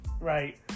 Right